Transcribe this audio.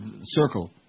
circle